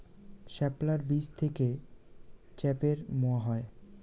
শাপলার বীজ থেকে ঢ্যাপের মোয়া হয়?